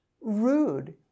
rude